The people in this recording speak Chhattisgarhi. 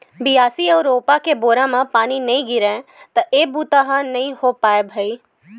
बियासी अउ रोपा के बेरा म पानी नइ गिरय त ए बूता ह नइ हो पावय भइर